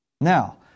Now